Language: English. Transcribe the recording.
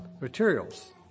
materials